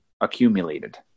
accumulated